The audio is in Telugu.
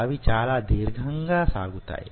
అవి చాలా దీర్ఘంగా సాగుతాయి